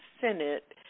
Senate